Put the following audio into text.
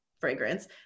fragrance